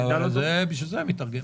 בשביל זה הם יתארגנו.